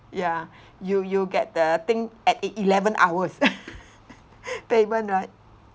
ya you you get the thing at the eleven hours payment right